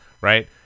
Right